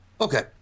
Okay